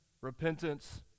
repentance